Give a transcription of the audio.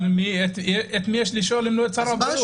את מי אפשר לשאול אם לא את שר הבריאות?